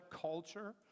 culture